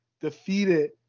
defeated